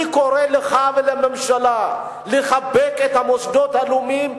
אני קורא לך ולממשלה לחבק את המוסדות הלאומיים,